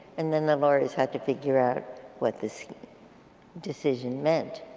and then the lawyers had to figure out what this decision meant.